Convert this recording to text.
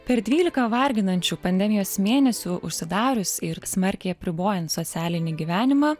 per dvylika varginančių pandemijos mėnesių užsidarius ir smarkiai apribojant socialinį gyvenimą